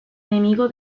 enemigo